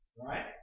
right